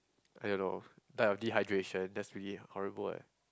I don't know die of dehydration that's really horrible eh